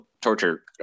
torture